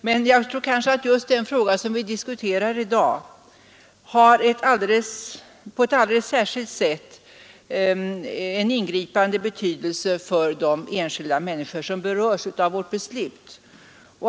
Men jag tror att just den fråga vi diskuterar i dag har på ett alldeles särskilt sätt en ingripande betydelse för de enskilda människor som berörs av vårt beslut.